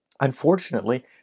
Unfortunately